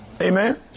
Amen